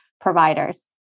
providers